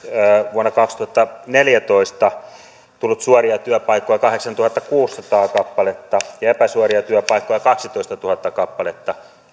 vuonna kaksituhattaneljätoista tullut suoria työpaikkoja kahdeksantuhattakuusisataa kappaletta ja epäsuoria työpaikkoja kaksitoistatuhatta kappaletta